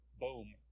boom